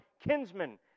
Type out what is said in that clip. kinsmen